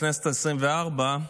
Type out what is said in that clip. בכנסת העשרים-וארבע,